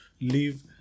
leave